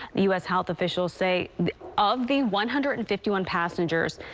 the u s. health officials say of the one hundred and fifty one passengers,